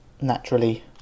naturally